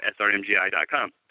srmgi.com